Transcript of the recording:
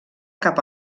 cap